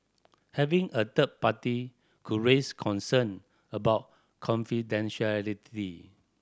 having a third party could raise concern about confidentiality